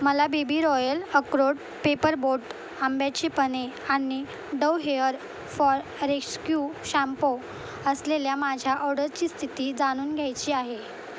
मला BB Royal अक्रोड Paper Boat आंब्याची पने आनि Dove hair fall rescue shampoo असलेल्या माझ्या ऑर्डरची स्थिती जाणून घ्यायची आहे